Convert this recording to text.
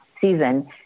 season